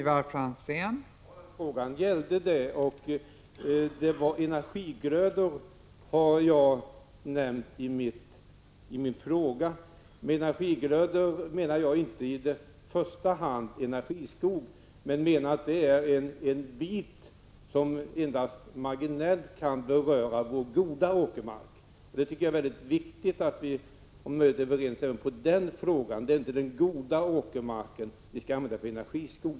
Fru talman! Frågan gällde det. Jag nämnde energigrödor i min fråga. Med energigrödor menar jag i första hand inte energiskog. Det är en odling som endast marginellt kan beröra vår goda åkermark. Jag tycker det är väldigt viktigt att vi är överens även om den frågan. Det är inte den goda åkermarken som vi skall använda till energiskog.